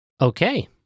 Okay